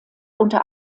unter